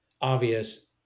obvious